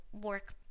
work